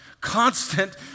Constant